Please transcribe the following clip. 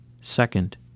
Second